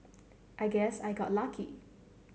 I guess I got lucky